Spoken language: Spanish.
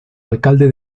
alcalde